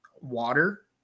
water